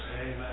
Amen